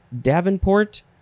Davenport